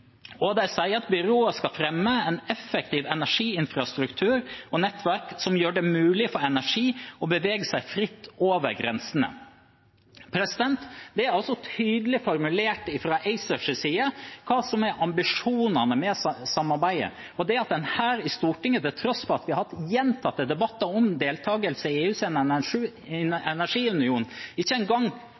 sier at byrået skal fremme en effektiv energiinfrastruktur og nettverk som gjør det mulig for energi å bevege seg fritt over grensene. Det er altså tydelig formulert fra ACERs side hva som er ambisjonene med samarbeidet. Her i Stortinget – til tross for at vi har hatt gjentatte debatter om deltakelse i EUs energiunion – kan man ikke engang